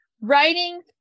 writing